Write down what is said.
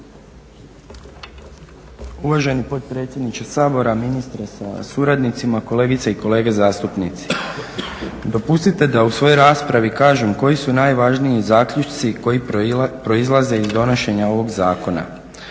Uvaženi potpredsjedniče Sabora, ministre sa suradnicima, kolegice i kolege zastupnici. Dopustite da u svojoj raspravi kažem koji su najvažniji zaključci koji proizlaze iz donošenja ovog zakona.